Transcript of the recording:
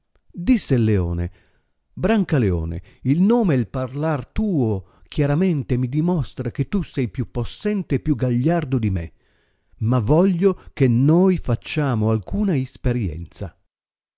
disse il leone l rancaleone il nome il parlar tuo chiaramente mi dimostra che tu sei più possente e più gagliardo di me ma voglio che noi facciamo alcuna isperienza